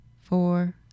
four